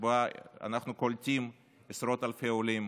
שבה אנחנו קולטים עשרות אלפי עולים,